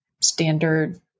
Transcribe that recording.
standard